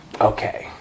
okay